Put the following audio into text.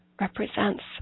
represents